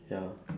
ya